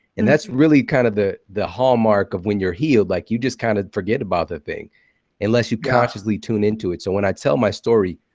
and that's really kind of the the hallmark of when you're healed. like you just kind of forget about the thing unless you consciously tune into it. so when i tell my story,